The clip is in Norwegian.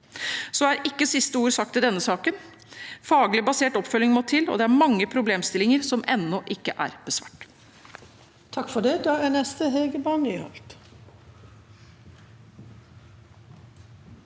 ord er ikke sagt i denne saken. Faglig basert oppfølging må til, og det er mange problemstillinger som ennå ikke er besvart.